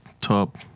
top